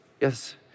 yes